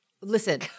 listen